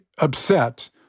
upset